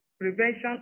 Prevention